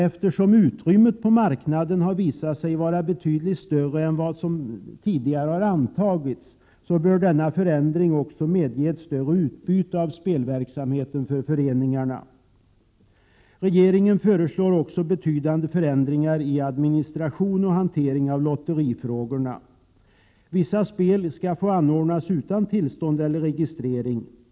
Eftersom utrymmet på marknaden har visat sig vara betydligt större än vad som tidigare antagits bör denna förändring också medge ett större utbyte av spelverksamheten för föreningarna. Regeringen föreslår också betydande förändringar i administration och hantering av lotterifrågorna. Vissa spel skall få anordnas utan tillstånd eller registrering.